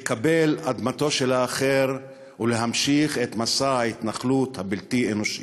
לקבל אדמתו של האחר ולהמשיך את מסע ההתנחלות הבלתי-אנושי.